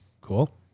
Cool